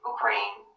Ukraine